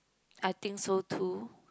I think so too